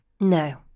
No